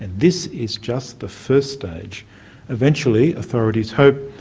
this is just the first stage eventually, authorities hope,